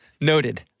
noted